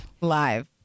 Live